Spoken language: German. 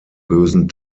bösen